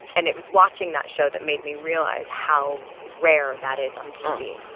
and it was watching that show that made me realize how rare that is on tv.